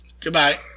Goodbye